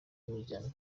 y’imiryango